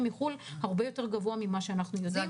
מחו"ל הרבה יותר גבוה ממה שאנחנו יודעים.